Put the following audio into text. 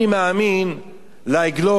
אני מאמין לעגלון,